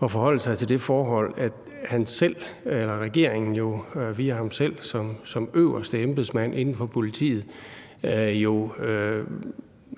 at forholde sig til det forhold, at regeringen via ham selv som øverste embedsmænd inden for politiet jo